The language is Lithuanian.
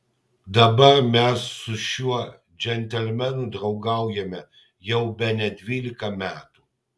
dabar mes su šiuo džentelmenu draugaujame jau bene dvylika metų